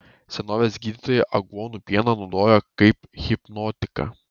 senovės gydytojai aguonų pieną naudojo kaip hipnotiką